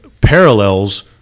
parallels